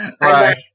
Right